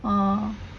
ah